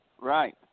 right